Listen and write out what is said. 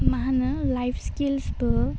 मा होनो लाइभ स्किलसबो